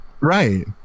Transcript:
Right